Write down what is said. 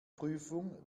prüfung